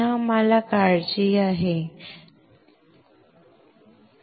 पुन्हा आम्हाला काळजी आहे का